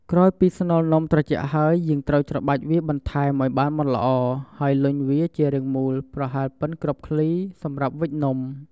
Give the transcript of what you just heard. ក្រោយពីស្នូលនំត្រជាក់ហើយ យើងត្រូវច្របាច់វាបន្ថែម ឱ្យបានម៉ដ្ឋល្អ ហើយលុញវា ជារាងមូល ប្រហែលបុិនគ្រាប់ឃ្លី សម្រាប់វេចនំ។